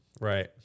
Right